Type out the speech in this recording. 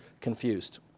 confused